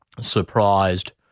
surprised